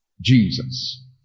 Jesus